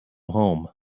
home